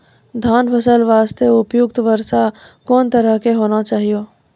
धान फसल के बास्ते उपयुक्त वर्षा कोन तरह के होना चाहियो?